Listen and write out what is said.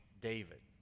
David